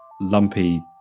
lumpy